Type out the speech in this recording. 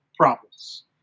problems